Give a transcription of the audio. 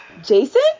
Jason